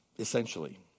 Essentially